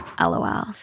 LOL